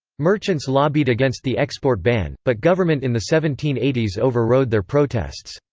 merchants lobbied against the export ban, but government in the seventeen eighty s overrode their protests.